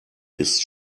ist